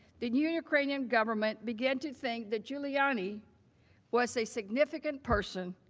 the ukrainian government began to think that giuliani was a significant person